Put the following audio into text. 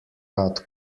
rad